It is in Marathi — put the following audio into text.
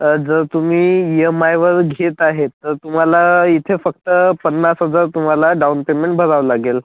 जर तुम्ही ई एम आयवर घेत आहेत तर तुम्हाला इथे फक्त पन्नास हजार तुम्हाला डाऊन पेमेंट भरावं लागेल